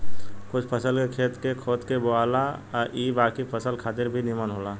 कुछ फसल के खेत के खोद के बोआला आ इ बाकी फसल खातिर भी निमन होला